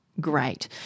great